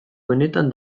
benetan